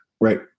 Right